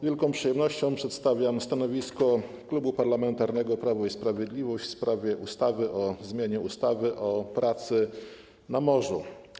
Z wielką przyjemnością przedstawiam stanowisko Klubu Parlamentarnego Prawo i Sprawiedliwość w sprawie ustawy o zmianie ustawy o pracy na morzu.